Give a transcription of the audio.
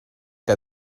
que